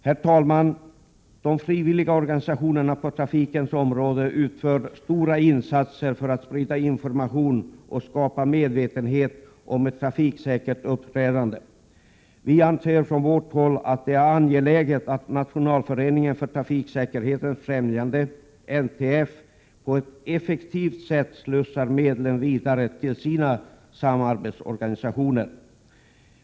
Herr talman! De frivilliga organisationerna på trafikens område utför stora insatser för att sprida information och skapa medvetenhet om ett trafiksäkert uppträdande. Vi anser från vårt håll att det är angeläget att Nationalföreningen för trafiksäkerhetens främjande, NTF, på ett effektivt sätt slussar medlen vidare till sina samarbetsorganisationer.